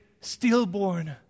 stillborn